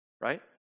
Right